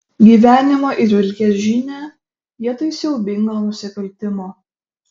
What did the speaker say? gyvenimo ir vilties žinią vietoj siaubingo nusikaltimo